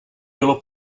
bylo